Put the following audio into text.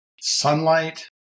sunlight